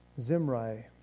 Zimri